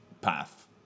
path